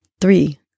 three